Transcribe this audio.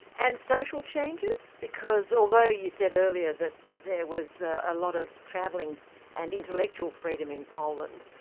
and social changes? because although you said earlier that there was a lot of travelling and intellectual freedom in poland,